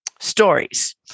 Stories